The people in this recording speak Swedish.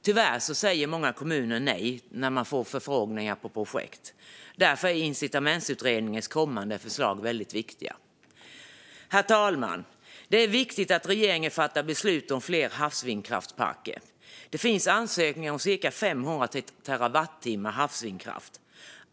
Tyvärr säger många kommuner nej vid förfrågningar om projekt, och därför är incitamentsutredningens kommande förslag väldigt viktiga. Herr talman! Det är viktigt att regeringen fattar beslut om fler havsvindkraftsparker. Det finns ansökningar om cirka 500 terawattimmar havsvindkraft.